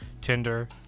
Tinder